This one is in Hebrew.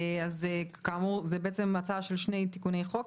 זה הצעה של שני תיקוני חוק,